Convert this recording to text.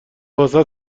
واست